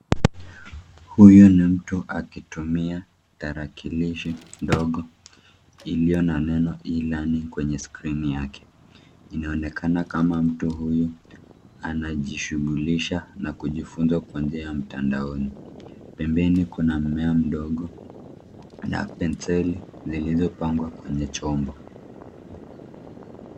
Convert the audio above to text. Huyu ni mtu akitumia tarakilishi ndogo iliyo na neno e-learning kwenye skrini yake. Inaonekana kama mtu huyu anajishughulisha na kujifunza kwa njia ya mtandaoni. Pembeni kuna mmea mdogo na penseli zilizopangwa kwenye chombo.